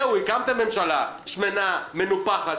זהו, הקמתם ממשלה שמנה, מנופחת.